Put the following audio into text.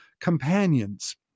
companions